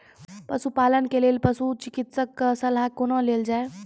पशुपालन के लेल पशुचिकित्शक कऽ सलाह कुना लेल जाय?